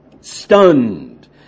stunned